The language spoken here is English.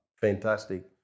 fantastic